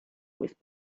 with